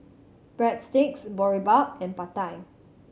Breadsticks Boribap and Pad Thai